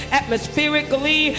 atmospherically